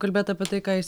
kalbėt apie tai ką jis